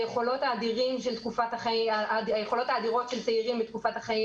היכולות האדירות של צעירים בתקופת החיים